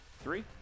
three